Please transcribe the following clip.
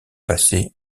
passait